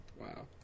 Wow